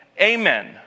Amen